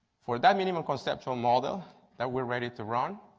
for that minimum conceptual model that we are ready to run,